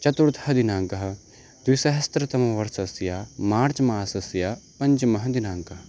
चतुर्थः दिनाङ्कः द्विसहस्रतमवर्षस्य मार्च् मासस्य पञ्चमः दिनाङ्कः